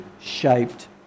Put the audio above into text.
shaped